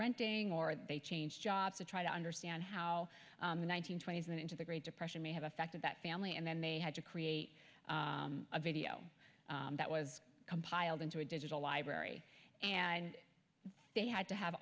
renting or they changed jobs to try to understand how the one nine hundred twenty s and into the great depression may have affected that family and then they had to create a video that was compiled into a digital library and they had to have